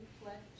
reflect